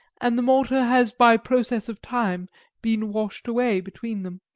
and the mortar has by process of time been washed away between them.